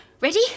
Ready